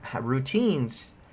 routines